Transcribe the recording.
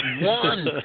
one